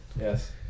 Yes